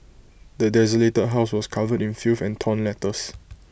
the desolated house was covered in filth and torn letters